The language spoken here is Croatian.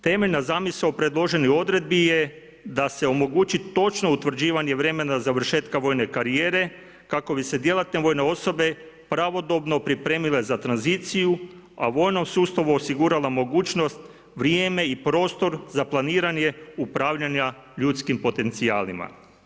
Temeljna zamisao predloženih odredbi je da se omogući točno utvrđivanje vremena završetka vojne karijere kako bi se djelatne vojne osobe pravodobno pripremile za tranziciju a vojno odsustvo osiguralo mogućnost, vrijeme i prostor za planiranje upravljanja ljudskim potencijalima.